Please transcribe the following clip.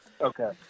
Okay